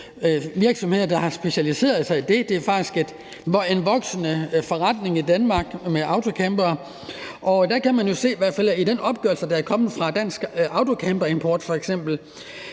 virksomheder, der har specialiseret sig i det. Det er faktisk en voksende forretning i Danmark med autocampere, og man kan i hvert fald se i den opgørelse, der er kommet fra f.eks. Dansk Autocamper Import,